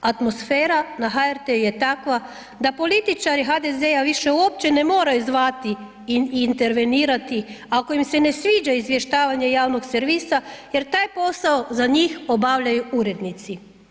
Atmosfera na HRT-u je takva da političari HDZ-a više uopće ne moraju zvati i intervenirati ako im se ne sviđa izvještavanje javnog servisa jer taj posao za njih obavljaju urednici.